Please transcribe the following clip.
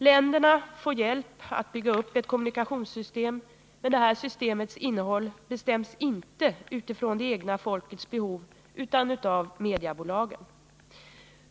Länderna får hjälp att bygga upp kommunikationssystem, men detta systems innehåll bestäms inte utifrån det egna folkets behov utan av mediabolagen.